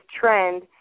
trend